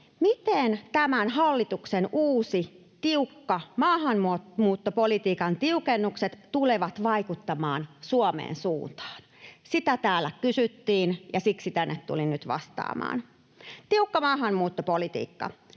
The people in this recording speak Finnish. Miten tämän hallituksen uudet, tiukat maahanmuuttopolitiikan tiukennukset tulevat vaikuttamaan Suomen suuntaan? Sitä täällä kysyttiin, ja siksi tänne tulin nyt vastaamaan. Tiukka maahanmuuttopolitiikka